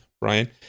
Brian